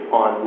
on